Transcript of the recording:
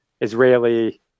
Israeli